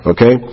Okay